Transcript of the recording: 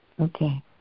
okay